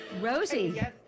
Rosie